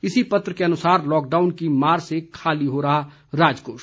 इसी पत्र के अनुसार लॉकडाउन की मार से खाली हो रहा राजकोष